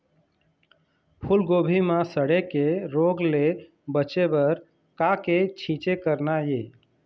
फूलगोभी म सड़े के रोग ले बचे बर का के छींचे करना ये?